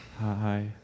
Hi